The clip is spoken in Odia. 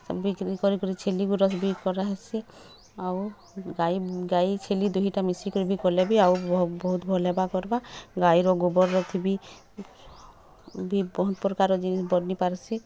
ସବ୍ ବିକ୍ରି କରି କରି ଛେଲିଗୁରା ବି କରା ହେସି ଆଉ ଗାଈ ଗାଈ ଛେଲି ଦୁହିଟା ମିଶି କିରି କଲେ ବି ଆଉ ବହୁତ୍ ଭଲ ହେବା କର୍ବା ଗାଈର ଗୋବର ରଖି କି ବି ବହୁତ୍ ପ୍ରକାର ଜିନିଷ୍ ବନି ପାରୁସି